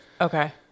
Okay